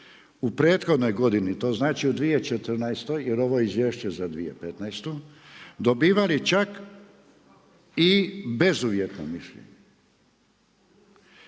u prethodnoj godini, to znači u 2014. jer ovo je izvješće za 2015. dobivali čak i bezuvjetno mišljenje.